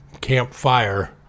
campfire